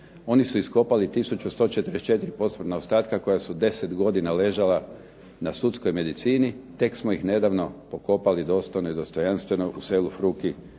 Oni su iskopali 1144 posmrtna ostatka koja su 10 godina ležala na sudskoj medicini. Tek smo ih nedavno pokopali dostojno i dostojanstveno u selu Fruki